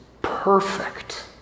perfect